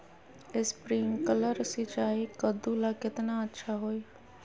Sprinkler सिंचाई कददु ला केतना अच्छा होई?